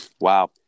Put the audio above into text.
Wow